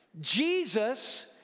Jesus